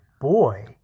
boy